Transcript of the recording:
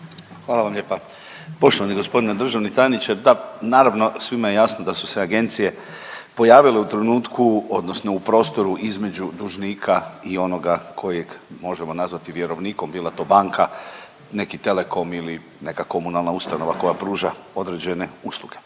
Hvala vam lijepa. Poštovani g. državni tajniče, da, naravno, svima je jasno da su se agencije pojavile u trenutku, odnosno u prostoru između dužnika i onoga kojeg možemo nazvati vjerovnikom, bila to banka, neki telekom ili neka komunalna ustanova koja pruža određene usluge.